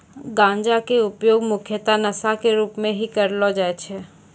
गांजा के उपयोग मुख्यतः नशा के रूप में हीं करलो जाय छै